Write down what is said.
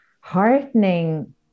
heartening